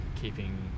keeping